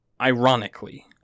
ironically